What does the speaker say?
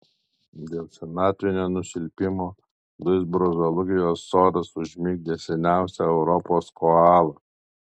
dėl senatvinio nusilpimo duisburgo zoologijos sodas užmigdė seniausią europos koalą